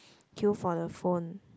queue for the phone